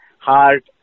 Heart